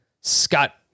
Scott